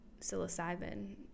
psilocybin